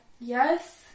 Yes